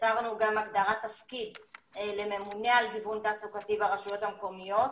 יצרנו גם הגדרת תפקיד לממונה על גיוון תעסוקתי ברשויות המקומיות.